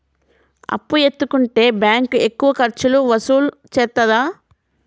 అప్పు ఎత్తుకుంటే బ్యాంకు ఎక్కువ ఖర్చులు వసూలు చేత్తదా?